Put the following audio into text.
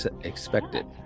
expected